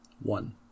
one